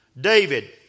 David